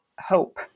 hope